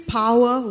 power